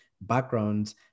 backgrounds